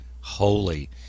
holy